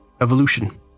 evolution